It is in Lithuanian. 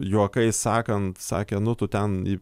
juokais sakant sakė nu tu ten į